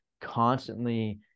constantly